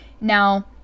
Now